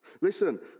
Listen